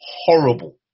horrible